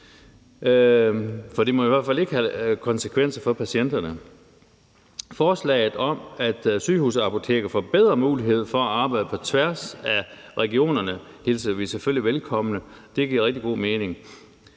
for det må i hvert fald ikke have konsekvenser for patienterne. Forslaget om, at sygehusapoteker får bedre mulighed for at arbejde på tværs af regionerne hilser vi selvfølgelig velkommen. Det giver rigtig god mening.